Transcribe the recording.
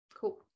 cool